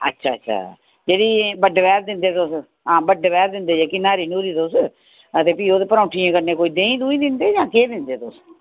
अच्छा अच्छा जेह्ड़ी बड्डे बैह्र दिंदे तुस आं बड्डे बैह्र दिंदे जेह्की न्हारी नूरी तुस हां ते फ्ही परौंठियैं कन्नै देहीं दुही दिंदे जां केह् दिंदे तुस